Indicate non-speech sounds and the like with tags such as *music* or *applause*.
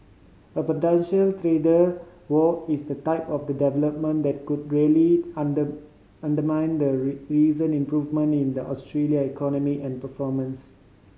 a potential trade war is the type of the development that could really under undermine the *unintelligible* recent improvement in the Australia economic and performance